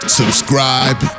subscribe